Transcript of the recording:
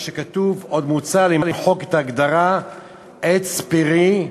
שכתוב: עוד מוצע למחוק את ההגדרה "עץ פרי"